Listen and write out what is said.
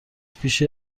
پیشین